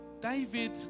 David